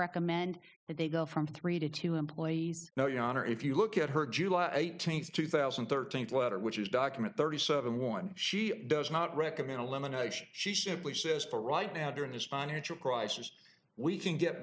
recommend that they go from three to two employees now your honor if you look at her july eighteenth two thousand and thirteen letter which is document thirty seven one she does not recommend elimination she simply says for right now during this financial crisis we can get